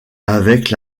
avec